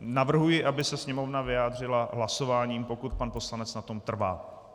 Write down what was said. Navrhuji, aby se Sněmovna vyjádřila hlasováním, pokud pan poslanec na tom trvá.